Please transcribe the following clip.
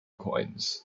coins